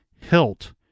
Hilt